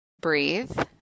breathe